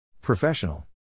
Professional